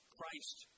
Christ